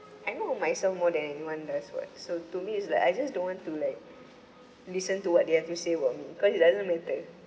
I know myself more than anyone does [what] so to me it's like I just don't want to like listen to what they have to say about me cause it doesn't matter